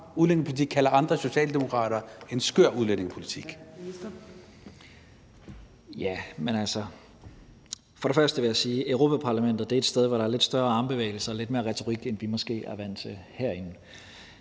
Udlændinge- og integrationsministeren (Mattias Tesfaye): Altså, for det første vil jeg sige, at Europa-Parlamentet er et sted, hvor der er lidt større armbevægelser og lidt mere retorik, end vi måske er vant til herinde.